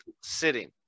sitting